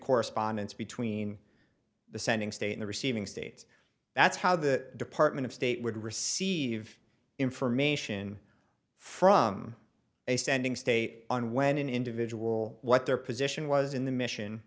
correspondence between the sending state in the receiving states that's how the department of state would receive information from a standing state and when an individual what their position was in the mission